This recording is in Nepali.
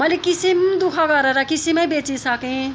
मैले किसिम दु ख गरेर किसिमै बेची सकेँ